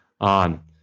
on